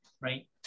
right